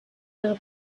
ihre